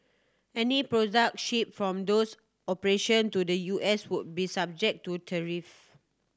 any products shipped from those operation to the U S would be subject to tariff